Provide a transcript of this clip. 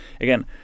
again